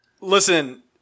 Listen